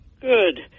Good